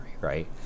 right